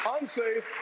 unsafe